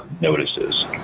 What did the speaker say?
notices